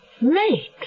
Mate